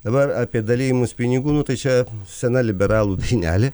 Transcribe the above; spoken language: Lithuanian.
dabar apie dalijimus pinigų nu tai čia sena liberalų dainelė